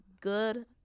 good